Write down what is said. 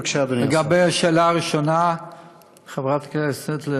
בבקשה, אדוני השר.